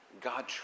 God